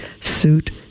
suit